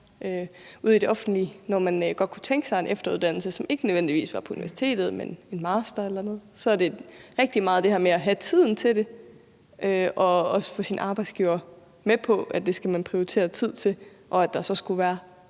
ude i det offentlige, når man godt kunne tænke sig en efteruddannelse, som ikke nødvendigvis er på universitetet, men en master eller noget, så er det rigtig meget det her med at have tiden til det og også få sin arbejdsgiver med på, at det skal man prioritere tid til, og at der så skal være